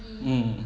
mm